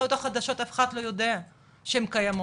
ההנחיות החדשות, אף אחד לא יודע, שהם קיימות.